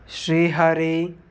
Srihari